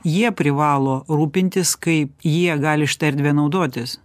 jie privalo rūpintis kaip jie gali šita erdve naudotis